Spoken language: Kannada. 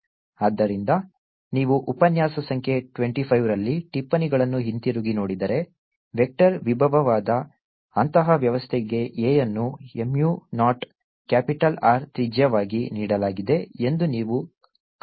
ಆದ್ದರಿಂದ ನೀವು ಉಪನ್ಯಾಸ ಸಂಖ್ಯೆ 25 ರಲ್ಲಿ ಟಿಪ್ಪಣಿಗಳನ್ನು ಹಿಂತಿರುಗಿ ನೋಡಿದರೆ ವೆಕ್ಟರ್ ವಿಭವವಾದ ಅಂತಹ ವ್ಯವಸ್ಥೆಗೆ A ಯನ್ನು mu ನಾಟ್ ಕ್ಯಾಪಿಟಲ್ R ತ್ರಿಜ್ಯವಾಗಿ ನೀಡಲಾಗಿದೆ ಎಂದು ನೀವು ಕಂಡುಕೊಳ್ಳುತ್ತೀರಿ